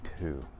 two